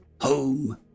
home